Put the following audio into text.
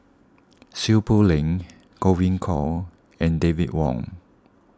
Seow Poh Leng Godwin Koay and David Wong